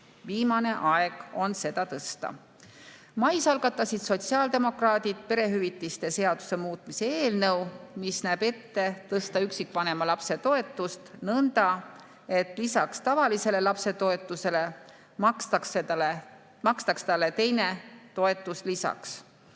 Viimane aeg on seda tõsta. Mais algatasid sotsiaaldemokraadid perehüvitiste seaduse muutmise eelnõu, mis näeb ette tõsta üksikvanema lapse toetust nõnda, et lisaks tavalisele lapsetoetusele makstaks talle teine toetus lisaks.